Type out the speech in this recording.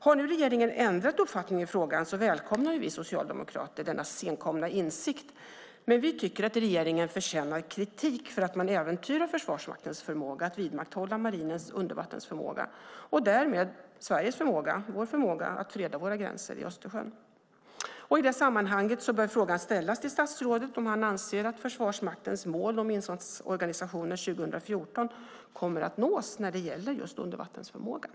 Har regeringen nu ändrat uppfattning i frågan välkomnar vi socialdemokrater denna senkomna insikt, men vi tycker att regeringen förtjänar kritik för att man äventyrar Försvarsmaktens förmåga att vidmakthålla marinens undervattensförmåga och därmed vår, Sveriges, förmåga att freda våra gränser i Östersjön. I det sammanhanget bör frågan ställas till statsrådet om han anser att Försvarsmaktens mål om insatsorganisationen 2014 kommer att nås när det gäller just undervattensförmågan.